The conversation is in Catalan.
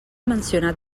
mencionat